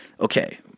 Okay